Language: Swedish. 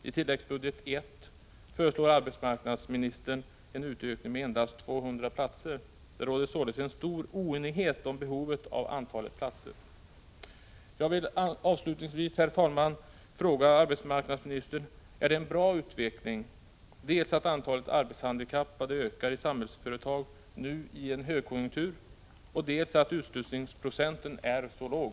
I tilläggsbudget I föreslår arbetsmarknadsministern en utökning med endast 200 platser. Det råder således stor oenighet om behovet av platser. Jag vill avslutningsvis, herr talman, fråga arbetsmarknadsministern: Är det en bra utveckling att dels antalet arbetshandikappade i Samhällsföretag ökar nu i en högkonjunktur, dels utslussningsprocenten är så låg?